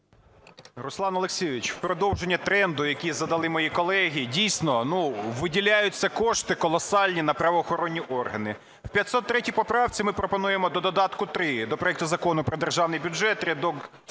Руслан Олексійович, у продовження тренду, який задали мої колеги, дійсно, ну виділяються кошти колосальні на правоохоронні органи. У 503 поправці ми пропонуємо до додатку 3 до проекту Закону про Державний бюджет рядок